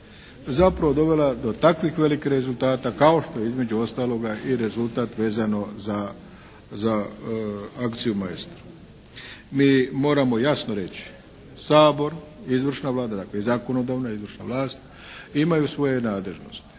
zapravo dovela do takvih velikih rezultata kao što je između ostalog i rezultat vezan za akciju "Maestro". Mi moramo jasno reći Sabor i izvršna Vlada, dakle zakonodavna i izvršna vlast imaju svoje nadležnosti